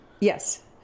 Yes